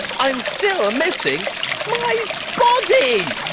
i am still missing my body.